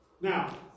Now